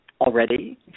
already